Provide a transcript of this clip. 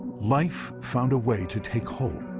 life found a way to take hold,